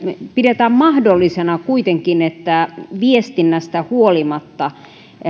pidetään mahdollisena kuitenkin että viestinnästä huolimatta